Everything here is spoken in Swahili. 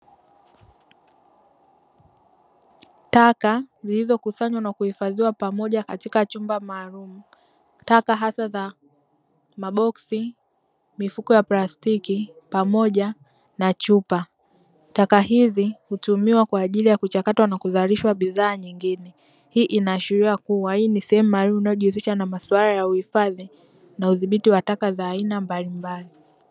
Taka zilizokusanywa na kuhifadhiwa pamoja katika chumba maalumu taka hasa za maboksi, mifuko ya plastiki pamoja na chupa. Taka hizi hutumiwa kwa ajili ya kuchakatwa na kuzalishwa bidhaa nyingine, hii inaashiria kuwa hii ni sehemu maalumu inayojihusisha na maswala ya uhifadhi na udhiti wa taka za aina mbalimbali.